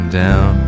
down